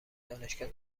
دانشگاه